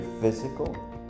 physical